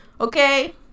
Okay